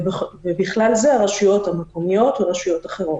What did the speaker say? ובכלל זה הרשויות המקומיות ורשויות אחרות.